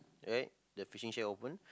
right the fishing chair open